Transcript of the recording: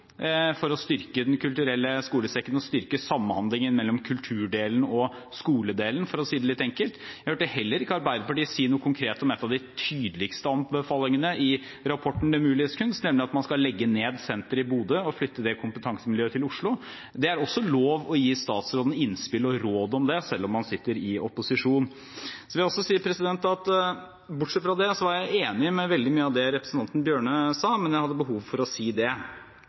for å styrke Den kulturelle skolesekken og styrke samhandlingen mellom kulturdelen og skoledelen, for å si det litt enkelt? Jeg hørte heller ikke Arbeiderpartiet si noe konkret om en av de tydeligste anbefalingene i rapporten Det muliges kunst, nemlig at man skal legge ned senteret i Bodø og flytte dette kompetansemiljøet til Oslo. Det er også lov å gi statsråden innspill og råd om det selv om man sitter i opposisjon. Bortsett fra dette er jeg enig i veldig mye av det representanten Tynning Bjørnø sa, men jeg hadde behov for å si